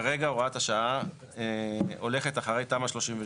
כרגע הוראת השעה הולכת אחרי תמ"א 38,